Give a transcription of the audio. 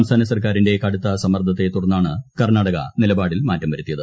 സംസ്ഥാന സർക്കാരിന്റെ കടുത്ത സമ്മർദ്ദത്തെ തുടർന്നാണ് കർണ്ണാടക നിലപാടിൽ മാറ്റം വരുത്തിയത്